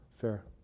fair